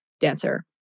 dancer